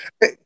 Hey